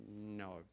No